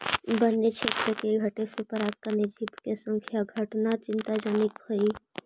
वन्य क्षेत्र के घटे से परागणकारी जीव के संख्या घटना चिंताजनक हइ